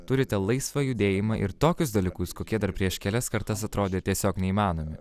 turite laisvą judėjimą ir tokius dalykus kokie dar prieš kelias kartas atrodė tiesiog neįmanomi